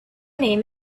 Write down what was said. name